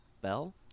bell